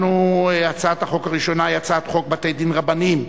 הצעת החוק הראשונה היא הצעת חוק בתי-דין רבניים